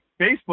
Facebook